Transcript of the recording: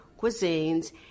cuisines